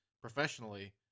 professionally